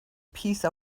piece